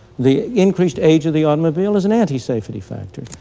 the increased age of the automobile is an antisafety factor.